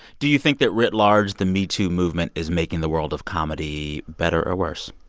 do you think that writ large the metoo movement is making the world of comedy better or worse?